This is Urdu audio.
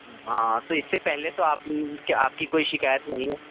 ہاں ہاں تو اِس سے پہلے تو آپ کہ آپ کی کوئی شکایت نہیں ہے